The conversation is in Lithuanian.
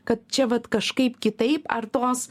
kad čia vat kažkaip kitaip ar tos